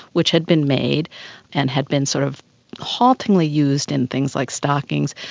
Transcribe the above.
which had been made and had been sort of haltingly used in things like stockings,